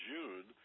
June